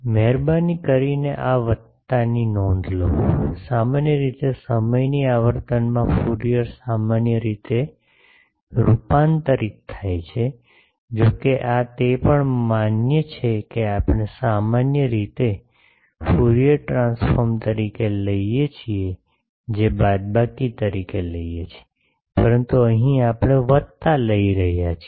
મહેરબાની કરીને આ વત્તાની નોંધ લો સામાન્ય રીતે સમયની આવર્તનમાં ફ્યુરિયર સામાન્ય રીતે રૂપાંતરિત થાય છે જોકે આ તે પણ માન્ય છે કે આપણે સામાન્ય રીતે તેને ફ્યુરિયર ટ્રાન્સફોર્મ તરીકે લઈએ છીએ જે બાદબાકી તરીકે લઈએ છીએ પરંતુ અહીં આપણે વત્તા લઈ રહ્યા છીએ